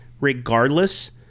regardless